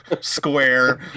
square